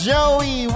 Joey